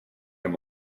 him